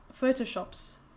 Photoshop's